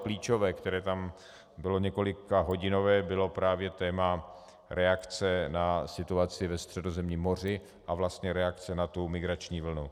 Klíčové téma, které tam bylo několikahodinové, bylo právě téma reakce na situaci ve Středozemním moři a vlastně reakce na migrační vlnu.